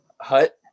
hut